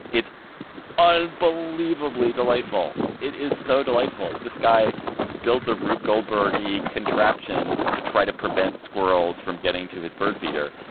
it's unbelievably delightful. it is so delightful. this guy builds a rube goldberg contraption to try to prevent squirrels from getting to his bird feeder.